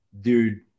Dude